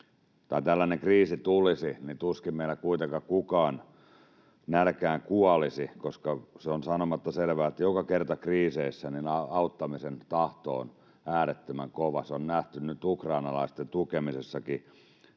tai tällainen kriisi tulisi, niin tuskin meillä kuitenkaan kukaan nälkään kuolisi, koska se on sanomatta selvää, että joka kerta kriiseissä auttamisen tahto on äärettömän kova. Se on nähty nyt ukrainalaisten tukemisessakin.